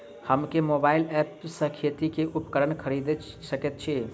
हम केँ mobile app सँ खेती केँ उपकरण खरीदै सकैत छी?